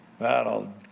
That'll